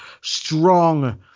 strong